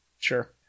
Sure